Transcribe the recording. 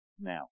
now